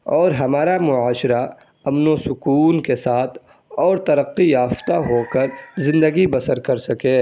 اور ہمارا معاشرہ امن و سکون کے ساتھ اور ترقی یافتہ ہوکر زندگی بسر کر سکے